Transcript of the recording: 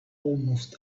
almost